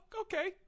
Okay